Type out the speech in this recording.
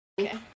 Okay